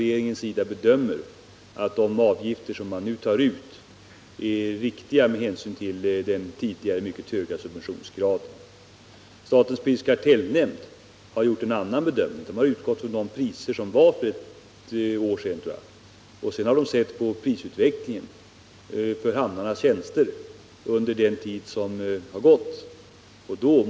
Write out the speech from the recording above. Regeringen bedömer det därför så, att de avgifter som nu tas ut är riktiga med hänsyn till den tidigare mycket höga subventionsgraden. Statens prisoch kartellnämnd har gjort en annan bedömning. Där tror jag att man har utgått från priserna för ett år sedan och sett på kostnadsutvecklingen för hamnarnas tjänster under den tid som sedan dess har gått.